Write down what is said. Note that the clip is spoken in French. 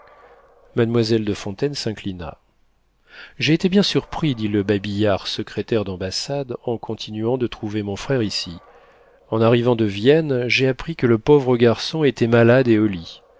mademoiselle de fontaine s'inclina j'ai été bien surpris dit le babillard secrétaire d'ambassade en continuant de trouver mon frère ici en arrivant de vienne j'ai appris que le pauvre garçon était malade et au lit